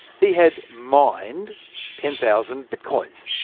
he had mined ten thousand bitcoins.